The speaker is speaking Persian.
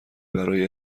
برای